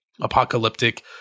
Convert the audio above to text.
apocalyptic